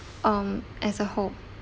um as a whole